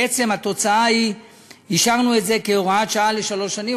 בעצם התוצאה היא שהשארנו את זה כהוראת שעה לשלוש שנים.